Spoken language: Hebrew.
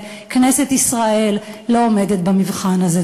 כנסת ישראל לא עומדת במבחן הזה.